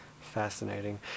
Fascinating